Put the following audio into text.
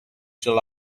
july